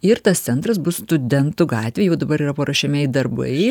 ir tas centras bus studentų gatvėj va dabar yra paruošiamieji darbai